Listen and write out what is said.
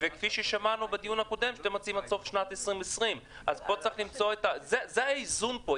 וכפי ששמענו בדיון הקודם שאתם מציעים עד סוף שנת 2020. זה האיזון פה.